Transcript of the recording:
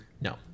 no